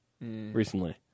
recently